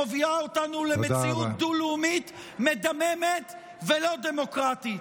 שמביאה אותנו למדינה דו-לאומית מדממת ולא דמוקרטית.